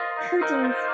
curtains